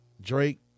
Drake